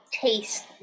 taste